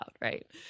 Right